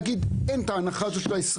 להגיד: אין את ההנחה הזאת של ה-20%.